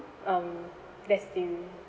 um that's the